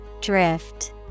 Drift